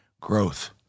growth